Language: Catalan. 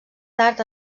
tard